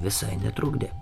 visai netrukdė